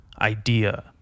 idea